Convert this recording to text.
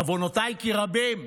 בעוונותיי כי רבים,